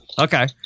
Okay